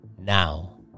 Now